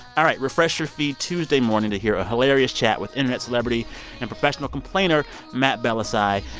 all right. refresh your feed tuesday morning to hear a hilarious chat with internet celebrity and professional complainer matt bellassai.